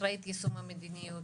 אחראית יישום המדיניות.